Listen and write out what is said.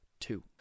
two